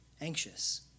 anxious